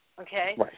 okay